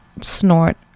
snort